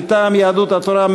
מטעם יהדות התורה,